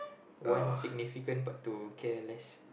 one significant part to careless